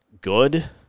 good